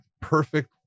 perfect